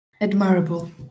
Admirable